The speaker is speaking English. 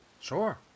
Sure